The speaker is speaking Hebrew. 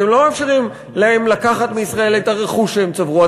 אתם לא מאפשרים להם לקחת מישראל את הרכוש שהם צברו.